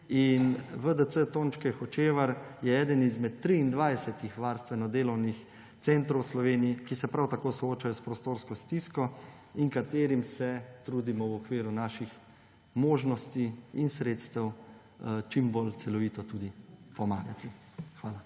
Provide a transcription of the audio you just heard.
VDC Tončke Hočevar je eden izmed 23 varstveno-delovnih centrov v Sloveniji, ki se prav tako soočajo s prostorsko stisko in katerim se trudimo v okviru naših možnosti in sredstev čim bolj celovito tudi pomagati. Hvala.